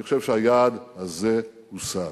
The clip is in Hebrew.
אני חושב שהיעד הזה הושג.